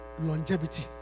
longevity